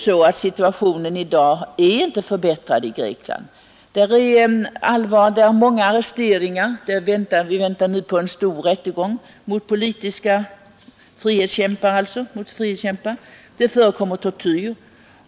Situationen i dag är inte förbättrad i Grekland. Där förekommer många arresteringar. Vi väntar nu på en stor rättegång mot frihetskämpar. Det förekommer tortyr.